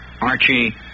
Archie